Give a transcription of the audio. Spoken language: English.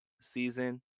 season